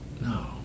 No